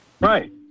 Right